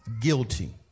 Guilty